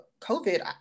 covid